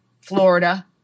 Florida